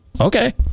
okay